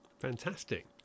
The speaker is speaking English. fantastic